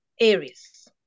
Aries